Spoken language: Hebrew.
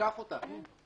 ושייקח אותם.